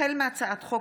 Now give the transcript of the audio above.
החל מהצעת חוק